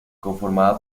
conformada